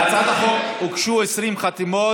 להצעת החוק הוגשו 20 חתימות,